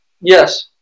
Yes